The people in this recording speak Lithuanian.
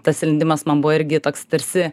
tas įlindimas man buvo irgi toks tarsi